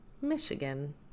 Michigan